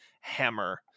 hammer